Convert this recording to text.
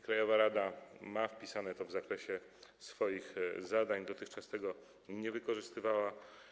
Krajowa rada ma to zapisane w zakresie swoich zadań, dotychczas tego nie wykorzystywała.